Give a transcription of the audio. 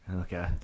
Okay